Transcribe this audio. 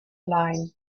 line